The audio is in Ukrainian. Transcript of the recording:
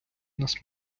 нас